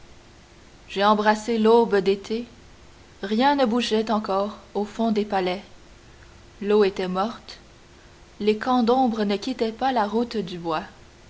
j'ai embrassé l'aube d'été rien ne bougeait encore au front des palais l'eau était morte les camps d'ombre ne quittaient pas la route du bois